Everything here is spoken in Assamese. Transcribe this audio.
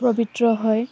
পৱিত্ৰ হয়